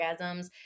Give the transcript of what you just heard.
orgasms